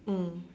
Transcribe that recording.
mm